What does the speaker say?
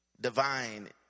divine